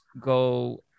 go